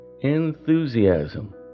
Enthusiasm